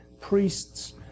priests